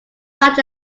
such